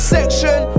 Section